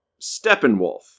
Steppenwolf